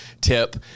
tip